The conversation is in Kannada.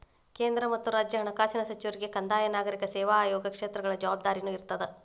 ಕೇಂದ್ರ ಮತ್ತ ರಾಜ್ಯ ಹಣಕಾಸಿನ ಸಚಿವರಿಗೆ ಕಂದಾಯ ನಾಗರಿಕ ಸೇವಾ ಆಯೋಗ ಕ್ಷೇತ್ರಗಳ ಜವಾಬ್ದಾರಿನೂ ಇರ್ತದ